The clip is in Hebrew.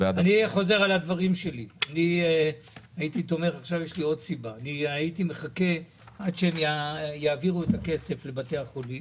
3. הייתי מחכה עד שהם יעבירו את הכסף לבתי החולים.